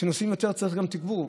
כשנוסעים יותר צריך גם תגבור,